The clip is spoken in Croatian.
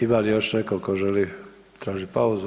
Ima li još netko tko želi tražiti pauzu?